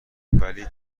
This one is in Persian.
ولی